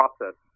process